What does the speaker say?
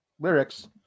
lyrics